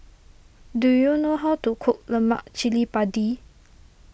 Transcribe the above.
do you know how to cook Lemak Cili Padi